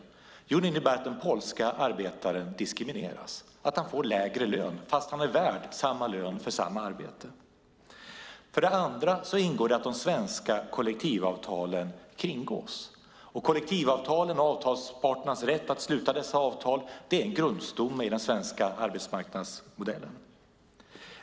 Det innebär för det första att den polska arbetaren diskrimineras, att han får lägre lön fastän han är värd samma lön för samma arbete. För det andra ingår det att de svenska kollektivavtalen kringgås. Kollektivavtalen och avtalsparternas rätt att sluta dessa avtal är en grundstomme i den svenska arbetsmarknadsmodellen.